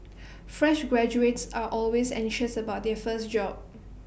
fresh graduates are always anxious about their first job